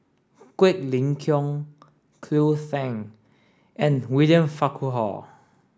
Quek Ling Kiong Cleo Thang and William Farquhar